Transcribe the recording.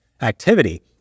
activity